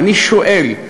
ואני שואל,